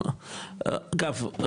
אגב,